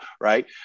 Right